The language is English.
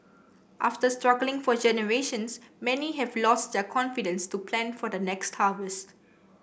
after struggling for generations many have lost their confidence to plan for the next harvest